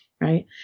right